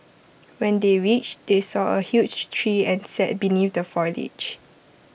when they reached they saw A huge tree and sat beneath the foliage